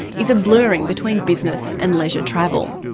is a blurring between business and leisure travel.